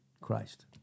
Christ